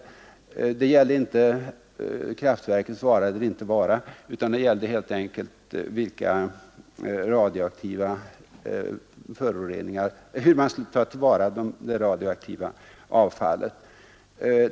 Jag ifrågasatte inte kraftverkets vara eller inte vara, utan frågan gällde bara hur man skulle tillvarata det radioaktiva avfallet.